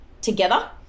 together